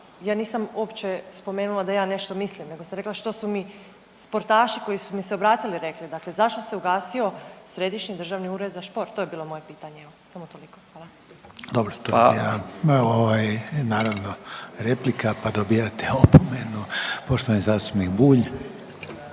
ja nisam uopće spomenula da ja nešto mislim, nego sam rekla što su mi sportaši koji su mi se obratili rekli. Dakle, zašto se ugasio središnji državni ured za šport, to je bilo moje pitanje, samo to. Hvala. **Reiner, Željko (HDZ)** Dobro, to je ovaj naravno replika pa dobijate opomenu. Poštovani zastupnik Bulj.